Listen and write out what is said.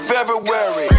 February